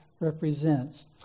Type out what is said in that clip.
represents